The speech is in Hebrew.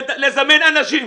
לזמן אנשים,